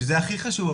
שזה הכי חשוב,